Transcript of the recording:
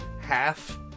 half